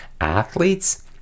athletes